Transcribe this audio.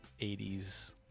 80s